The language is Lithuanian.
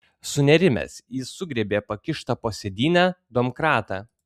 sunerimęs jis sugriebė pakištą po sėdyne domkratą